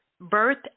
birth